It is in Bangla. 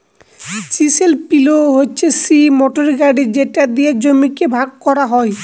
চিসেল পিলও হচ্ছে সিই মোটর গাড়ি যেটা দিয়ে জমিকে ভাগ করা হয়